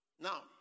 Now